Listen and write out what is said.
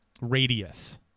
radius